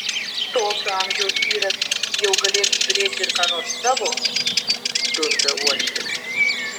tokio amžiaus vyras jau galėtų turėti ir ką nors savo dunda uošvis